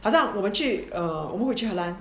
好像我们去 err 我们回去荷兰